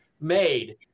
made